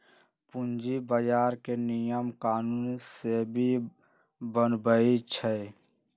पूंजी बजार के नियम कानून सेबी बनबई छई